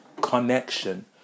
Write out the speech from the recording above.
Connection